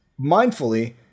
mindfully